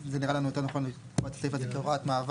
זה נראה לנו יותר נכון לקבוע את הסעיף הזה כהוראת מעבר.